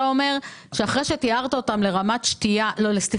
אתה אומר שאחרי שטיהרת אותם לרמת חקלאות,